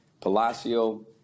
Palacio